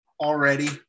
already